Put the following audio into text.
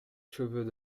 cheveux